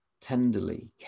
tenderly